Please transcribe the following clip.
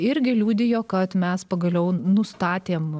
irgi liudijo kad mes pagaliau nustatėm